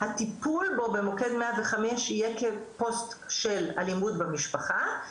הטיפול בו במוקד 105 יהיה כפוסט של אלימות במשפחה,